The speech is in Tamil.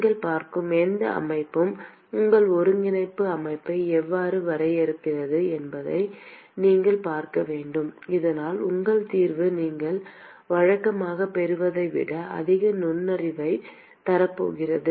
நீங்கள் பார்க்கும் எந்த அமைப்பும் உங்கள் ஒருங்கிணைப்பு அமைப்பை எவ்வாறு வரையறுப்பது என்பதையும் நீங்கள் பார்க்க வேண்டும் இதனால் உங்கள் தீர்வு நீங்கள் வழக்கமாகப் பெறுவதை விட அதிக நுண்ணறிவைத் தரப் போகிறது